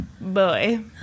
boy